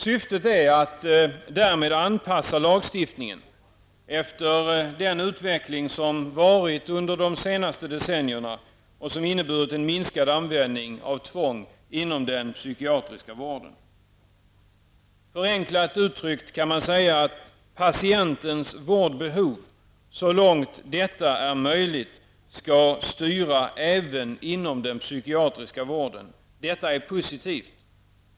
Syftet är att anpassa lagstifningen efter den utveckling som varit under det senaste decennierna och som inneburit en minskad användning av tvång inom den psykiatriska vården. Förenklat uttryckt kan man säga att patientens vårdbehov, så långt detta är möjligt, skall styra även inom den psykiatriska vården. Detta är positivt.